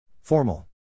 Formal